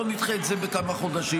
בוא נדחה את זה בכמה חודשים.